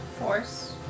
force